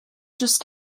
just